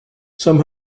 some